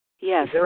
Yes